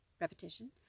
repetition